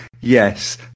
yes